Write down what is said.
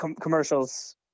commercials